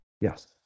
Yes